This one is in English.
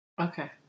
okay